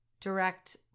direct